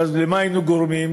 ואז למה היינו גורמים?